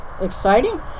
exciting